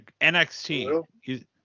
NXT